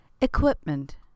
Equipment